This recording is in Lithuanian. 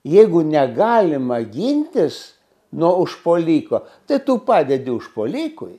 jeigu negalima gintis nuo užpuoliko tai tu padedi užpuolikui